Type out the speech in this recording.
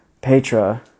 Petra